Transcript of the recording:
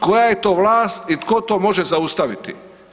Koja je to vlast i tko to može zaustaviti?